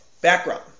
background